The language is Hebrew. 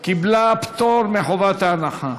ההצעה קיבלה פטור מחובת הנחה.